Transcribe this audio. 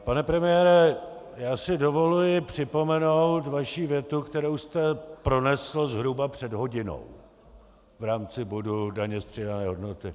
Pane premiére, já si dovoluji připomenout vaši větu, kterou jste pronesl zhruba před hodinou v rámci bodu daně z přidané hodnoty.